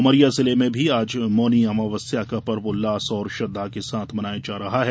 उमरिया जिले मे भी आज मौनी अमावस्या का पर्व उल्लास और श्रद्वा के साथ मनाया जा रहा है